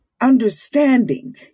understanding